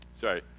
sorry